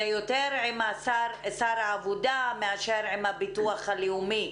את השפה הערבית בכל מה שנוגע לאתר האישי של הביטוח הלאומי.